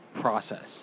process